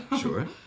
Sure